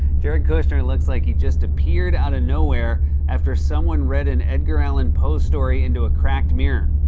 jared kushner looks like he just appeared out of nowhere after someone read an edgar allen poe story into a cracked mirror.